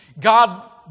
God